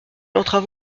entrave